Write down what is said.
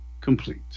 complete